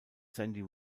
sandy